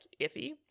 iffy